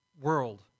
world